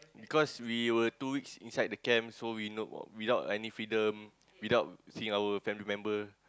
because we were two weeks inside the camp so we without any freedom without seeing our family member